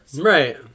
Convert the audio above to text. Right